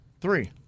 Three